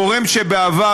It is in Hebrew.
גורם שבעבר,